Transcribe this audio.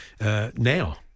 now